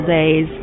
days